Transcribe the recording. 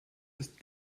ist